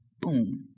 Boom